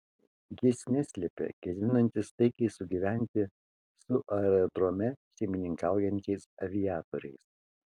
jis neslėpė ketinantis taikiai sugyventi su aerodrome šeimininkaujančiais aviatoriais